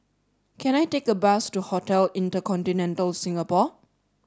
can I take a bus to Hotel Inter Continental Singapore